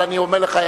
אבל אני אומר לך,